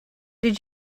did